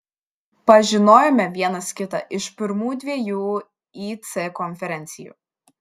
pažinojome vienas kitą iš pirmų dviejų ic konferencijų